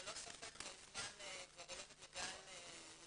ללא ספק כבר זמן --- כבר הולכת לגן עירוני.